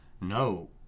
no